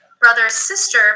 brother-sister